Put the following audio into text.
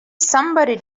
somebody